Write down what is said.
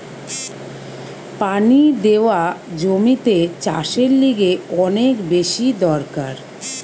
পানি দেওয়া জমিতে চাষের লিগে অনেক বেশি দরকার